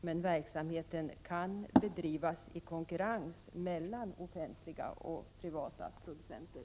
Men verksamheten kan bedrivas i konkurrens mellan offentliga och privata producenter.